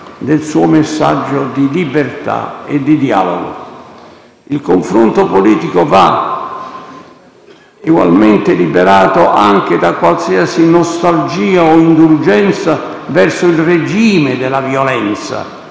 del suo messaggio di libertà e di dialogo. Il confronto politico va egualmente liberato anche da qualsiasi nostalgia o indulgenza verso il regime della violenza